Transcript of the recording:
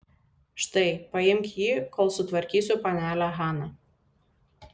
štai paimk jį kol sutvarkysiu panelę haną